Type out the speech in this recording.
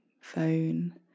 phone